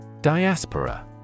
Diaspora